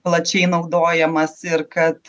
plačiai naudojamas ir kad